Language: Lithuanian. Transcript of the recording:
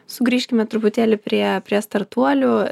sugrįžkime truputėlį prie prie startuolių